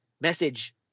message